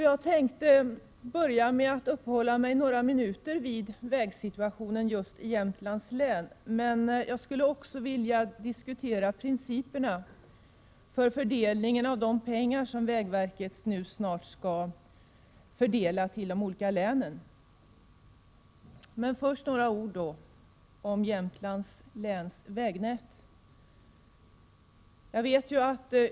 Jag skall börja med att uppehålla mig några minuter vid vägsituationen just i Jämtlands län, men jag vill också diskutera principerna för vägverkets fördelning av pengar till de olika länen. Först några ord om Jämtlands läns vägnät.